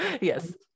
Yes